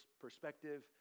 perspective